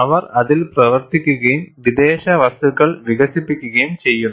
അവർ അതിൽ പ്രവർത്തിക്കുകയും വിദേശ വസ്തുക്കൾ വികസിപ്പിക്കുകയും ചെയ്യുന്നു